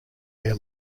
air